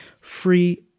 free